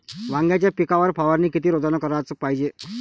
वांग्याच्या पिकावर फवारनी किती रोजानं कराच पायजे?